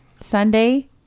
Sunday